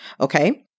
Okay